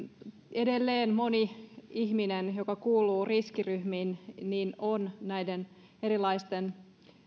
edelleen moni ihminen joka kuuluu riskiryhmiin on näiden erilaisten